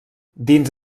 dins